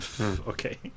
Okay